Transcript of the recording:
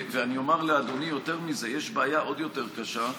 אני אומר לאדוני יותר מזה: יש בעיה עוד יותר קשה,